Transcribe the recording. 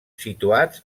situats